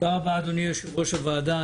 תודה רבה, אדוני יושב-ראש הוועדה.